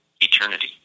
eternity